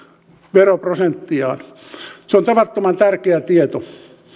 veroprosenttiaan se on tavattoman tärkeä tieto